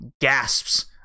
gasps